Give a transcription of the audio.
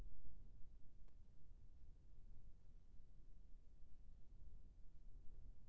सामाजिक क्षेत्र के कोन कोन योजना हे ओकर जानकारी मोला कहा ले मिल सका थे?